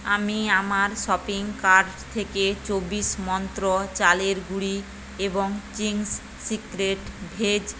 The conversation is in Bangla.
আমি আমার শপিং কার্ট থেকে চব্বিশ মন্ত্র চালের গুঁড়ি এবং চিংস সিক্রেট ভেজ